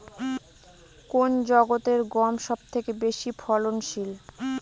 কোন জাতের গম সবথেকে বেশি ফলনশীল?